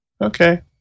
okay